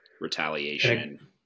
Retaliation